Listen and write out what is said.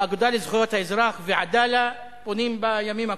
האגודה לזכויות האזרח ו"עדאלה" פונים בימים הקרובים,